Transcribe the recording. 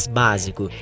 básico